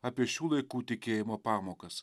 apie šių laikų tikėjimo pamokas